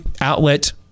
outlet